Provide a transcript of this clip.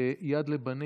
ליד לבנים,